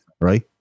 right